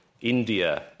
India